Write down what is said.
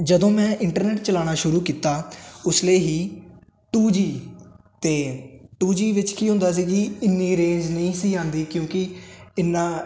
ਜਦੋਂ ਮੈਂ ਇੰਟਰਨੈਟ ਚਲਾਣਾ ਸ਼ੁਰੂ ਕੀਤਾ ਉਸ ਲਈ ਹੀ ਟੂ ਜੀ ਤੇ ਟੂ ਜੀ ਵਿੱਚ ਕੀ ਹੁੰਦਾ ਸੀ ਕੀ ਇੰਨੀ ਰੇਂਜ ਨਹੀਂ ਸੀ ਆਉਂਦੀ ਕਿਉਂਕਿ ਇੰਨਾ